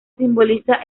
simboliza